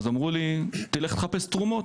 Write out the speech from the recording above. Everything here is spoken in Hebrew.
אז אמרו לי: תלך לחפש תרומות.